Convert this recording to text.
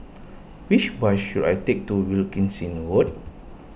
which bus should I take to Wilkinson Road